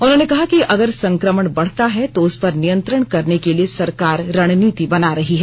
उन्होंने कहा कि अगर संक्रमण बढ़ता है तो उसपर नियंत्रण करने के लिए सरकार रणनीति बना रही है